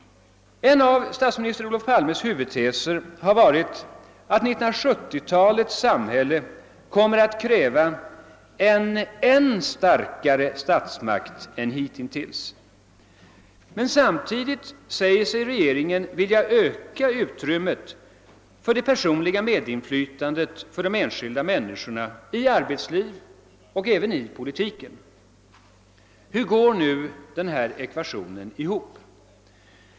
En av statsminister Olof Palmes huvudteser har varit att 1970-talets samhälle kommer att kräva en än starkare statsmakt än hitintills, men samtidigt säger sig regeringen vilja öka utrymmet för det personliga medinflytandet för de enskilda människorna i arbetslivet och även i politiken. Hur går nu denna ekvation ihop?